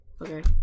Okay